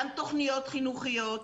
גם תוכניות חינוכיות,